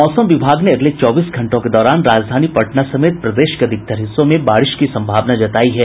मौसम विभाग ने अगले चौबीस घंटों के दौरान राजधानी पटना समेत प्रदेश के अधिकतर हिस्सों में बारिश की संभावना जतायी है